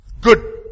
good